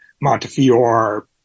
Montefiore